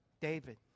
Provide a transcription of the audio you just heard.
David